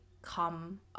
come